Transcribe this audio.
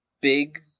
big